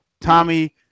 Tommy